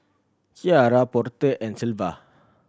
Ciarra Porter and Sylva